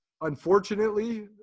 unfortunately